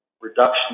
reduction